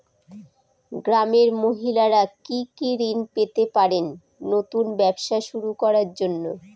গ্রামের মহিলারা কি কি ঋণ পেতে পারেন নতুন ব্যবসা শুরু করার জন্য?